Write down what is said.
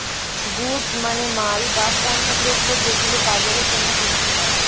goods মানে মাল, বা পণ্যদ্রব যেগুলো বাজারে কেনা বিক্রি হয়